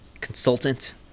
consultant